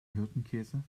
hirtenkäse